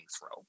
throw